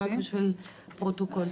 רק בשביל הפרוטוקול.